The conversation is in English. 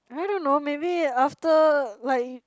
I don't know maybe after like